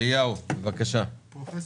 פרופ'